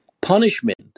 Punishment